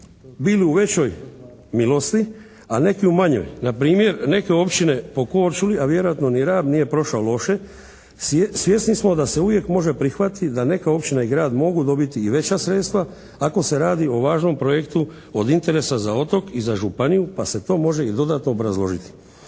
bili u većoj milosti, a neki u manjoj. Npr. neke općine po Korčuli, a vjerojatno ni Rab nije prošao loše svjesni smo da se uvijek može prihvatiti da neka općina i grad mogu dobiti i veća sredstva ako se radi o važnom projektu od interesa za otok i za županiju pa se to može i dodatno obrazložiti.